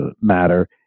matter